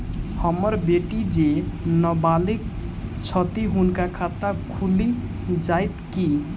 हम्मर बेटी जेँ नबालिग छथि हुनक खाता खुलि जाइत की?